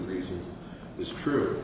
reason is true